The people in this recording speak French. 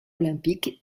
olympiques